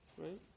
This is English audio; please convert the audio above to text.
right